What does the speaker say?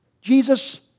Jesus